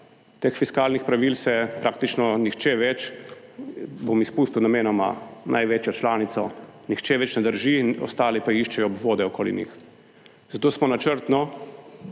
Teh fiskalnih pravil se praktično nihče več, bom izpustil namenoma največjo članico, nihče več ne drži in ostali pa iščejo obvode okoli njih. Zato smo načrtno